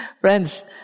Friends